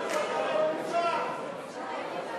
התשע"ה 2015, לוועדת החוקה, חוק ומשפט נתקבלה.